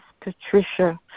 Patricia